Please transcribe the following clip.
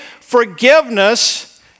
Forgiveness